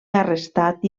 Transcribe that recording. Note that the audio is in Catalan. arrestat